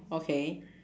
okay